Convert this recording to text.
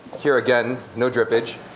here again no drippage.